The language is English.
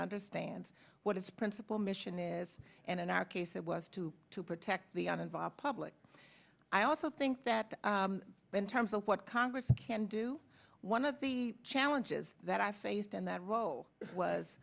understands what its principle mission is and in our case it was to to protect the un involved public i also think that in terms of what congress can do one of the challenges that i faced in that row was